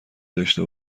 داشته